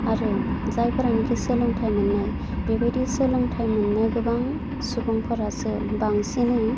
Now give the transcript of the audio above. आरो जायफोरा नाखि सोलोंथाइ मोननाय बेबायदि सोलोंथाइ मोननाय गोबां सुबुंफोरासो बांसिनै